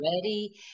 ready